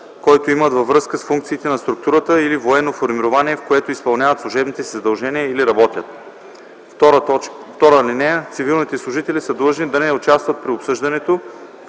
който имат във връзка с функциите на структурата или военно формирование, в което изпълняват служебните си задължения или работят. (2) Цивилните служители са длъжни да не участват при обсъждането,